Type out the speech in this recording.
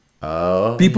People